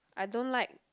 I don't like